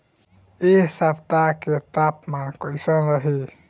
एह सप्ताह के तापमान कईसन रही?